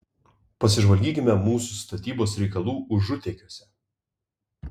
pasižvalgykime mūsų statybos reikalų užutėkiuose